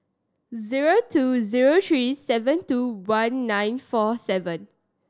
zero two zero three seven two one nine four seven